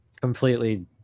completely